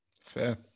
Fair